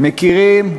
מכירים,